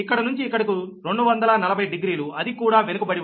ఇక్కడ నుంచి ఇక్కడకు 240 డిగ్రీలు అదికూడా వెనుకబడి ఉంది